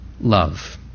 love